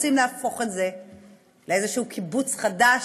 שרוצים להפוך את זה לאיזשהו קיבוץ חדש,